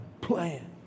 playing